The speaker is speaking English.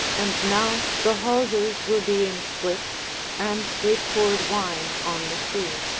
and now the hawsers were being slipped and they poured wine on the sea.